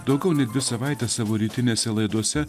daugiau nei dvi savaites savo rytinėse laidose